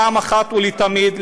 אחת ולתמיד,